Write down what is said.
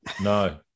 No